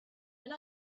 and